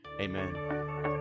Amen